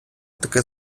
таки